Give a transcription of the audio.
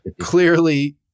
clearly